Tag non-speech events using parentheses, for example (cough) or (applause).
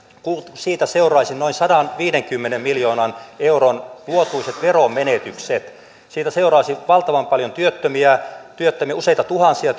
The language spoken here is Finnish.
siitä seuraisivat noin sadanviidenkymmenen miljoonan euron vuotuiset veronmenetykset siitä seuraisi valtavan paljon työttömiä useita tuhansia (unintelligible)